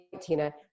Tina